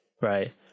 Right